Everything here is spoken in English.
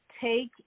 take